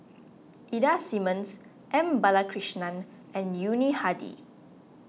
Ida Simmons M Balakrishnan and Yuni Hadi